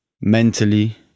mentally